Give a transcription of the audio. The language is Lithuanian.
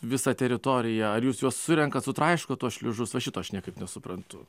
visą teritoriją ar jūs juos surenkat sutraiškot tuos šliužus va šito aš niekaip nesuprantu